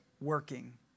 working